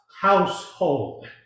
household